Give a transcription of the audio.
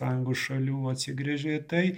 sąjungos šalių atsigręžė į tai